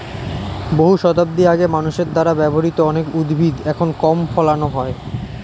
বহু শতাব্দী আগে মানুষের দ্বারা ব্যবহৃত অনেক উদ্ভিদ এখন কম ফলানো হয়